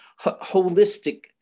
holistic